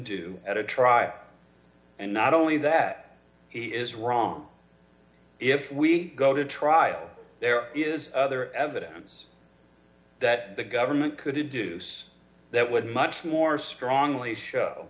do at a trial and not only that he is wrong if we go to trial there is other evidence that the government could deduce that would much more strongly show